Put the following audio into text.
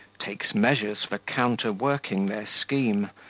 takes measures for counterworking their scheme,